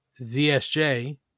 zsj